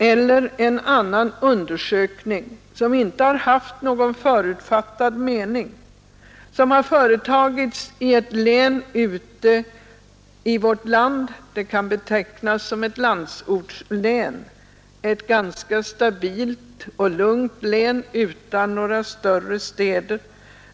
En annan undersökning utan förutfattad mening har företagits i ett län ute i vårt land — det kan betecknas som ett landsortslän, ett ganska stabilt och lugnt län utan några större städer.